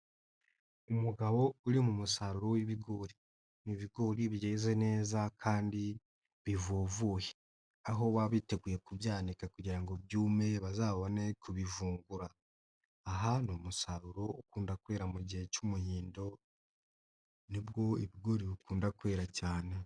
Umugabo uri mu musaruro w'ibigori. Ni ibigori byeze neza kandi bivovoye. Aho baba biteguye kubyanika kugira ngo byume bazabone kubivungura. Aha ni umusaruro ukunda kwera mu gihe cy'umuhindo, ni bwo ibigori bukunda kwera cyane.